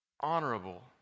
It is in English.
honorable